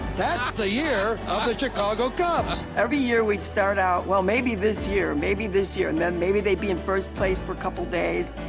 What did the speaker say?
that's the year of the chicago cubs. every year, we'd start out, well, maybe this year. maybe this year. and then maybe they'd be in first place for a couple days,